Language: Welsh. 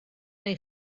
neu